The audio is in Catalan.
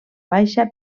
baixa